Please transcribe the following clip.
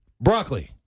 broccoli